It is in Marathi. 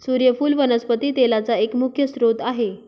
सुर्यफुल वनस्पती तेलाचा एक मुख्य स्त्रोत आहे